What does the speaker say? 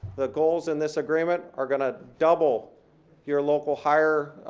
the goals in this agreement are gonna double your local hire